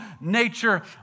nature